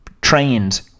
trained